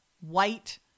white